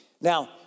Now